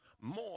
more